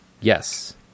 Yes